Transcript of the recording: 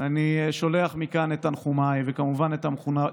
נשאר לנצח ישראל חי וקיים.